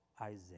Isaiah